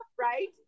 Right